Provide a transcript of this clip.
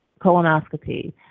colonoscopy